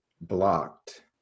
blocked